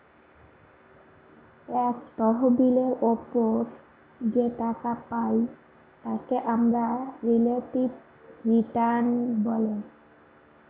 এক তহবিলের ওপর যে টাকা পাই তাকে আমরা রিলেটিভ রিটার্ন বলে